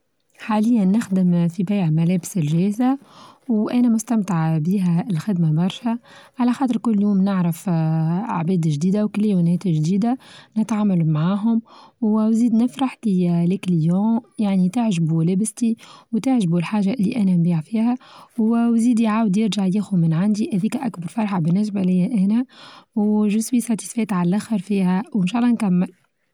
حاليا نخدم في بيع ملابس الچاهزة وأنا مستمتعة بها الخدمة برشا، على خاطر كل يوم نعرف اعباد چديدة وكليونات چديد.ة نتعامل معهم ونزيد نفرح يعني تى لايك اليو يعنى تعچبو لبستي وتعچبو الحاچة لي انا نبيع فيها، وزيد يعاود يرچع ياخد من عندي هذيك اكبر فرح حد بالنسبة ليا هنا و چوس و ساتيسفد عاللخر فيها وانإ شاء الله نكمل.